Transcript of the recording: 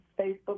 Facebook